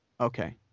Okay